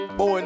Boy